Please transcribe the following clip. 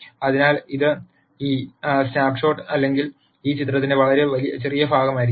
അതിനാൽ ഇത് ഒരു സ്നാപ്പ്ഷോട്ട് അല്ലെങ്കിൽ ഈ ചിത്രത്തിന്റെ വളരെ ചെറിയ ഭാഗമായിരിക്കും